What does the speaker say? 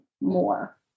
more